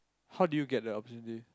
how did you get the opportunity